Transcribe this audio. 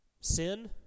sin